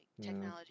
technology